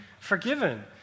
forgiven